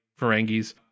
Ferengis